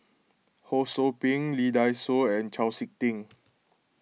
Ho Sou Ping Lee Dai Soh and Chau Sik Ting